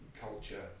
culture